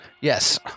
Yes